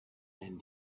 and